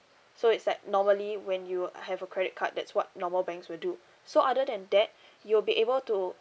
so it's like normally when you have a credit card that's what normal banks will do so other than that you'll be able to